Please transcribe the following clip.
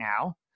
now